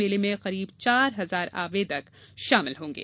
मेले में करीब चार हजार आवेदक शामिल होंगे